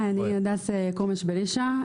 אני הדס קורמש בלישה.